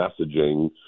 messaging